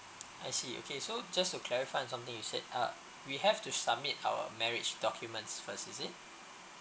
I see okay so just to clarify something you said uh we have to submit our marriage documents first is it